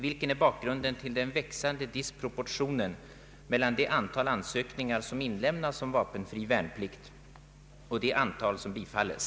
Vilken är bakgrunden till den växande disproportionen mellan det antal ansökningar som göres om vapenfri värnplikt och det antal som bifalles?